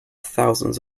thousands